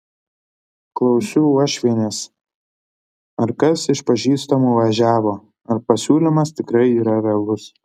klausiu uošvienės ar kas iš pažįstamų važiavo ar pasiūlymas tikrai yra realus